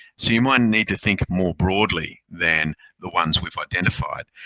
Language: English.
so you might need to think more broadly than the ones we've identified.